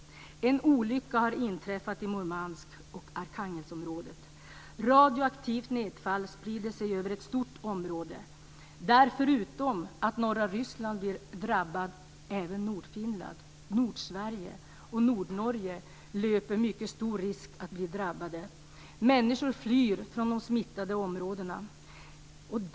Även Nordfinland, Nordsverige och Nordnorge löper mycket stor risk att bli drabbade. Människor flyr från de smittade områdena.